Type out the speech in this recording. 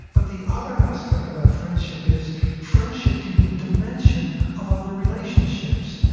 but the other aspect about friendship is friendship can be a dimension of other relationships.